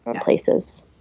places